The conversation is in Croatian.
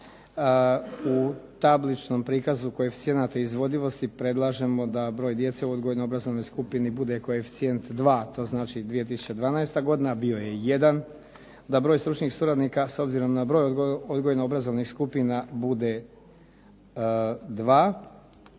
U tabličnom prikazu koeficijenata izvodljivosti predlažemo da broj djece u odgojno-obrazovnoj skupini bude koeficijent dva. To znači 2012. godina. Bio je jedan, da broj stručnih suradnika s obzirom na broj odgojno-obrazovnih skupina bude